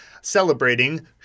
celebrating